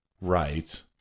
Right